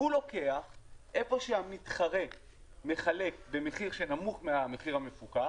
הוא לוקח איפה שהמתחרה מחלק במחיר שנמוך מהמחיר המפוקח,